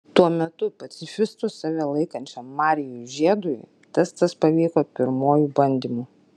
tuo metu pacifistu save laikančiam marijui žiedui testas pavyko pirmuoju bandymu